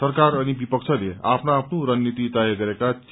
सरकार अनि विपक्षले आफ्नो आफ्नो रणनीति तय गरेका छन्